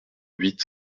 huit